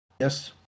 yes